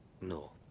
No